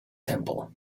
temple